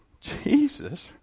Jesus